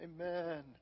Amen